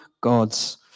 God's